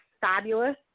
fabulous